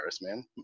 man